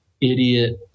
idiot